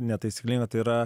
netaisyklinga tai yra